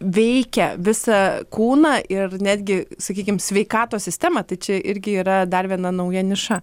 veikia visą kūną ir netgi sakykim sveikatos sistemą tai čia irgi yra dar viena nauja niša